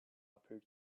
appeared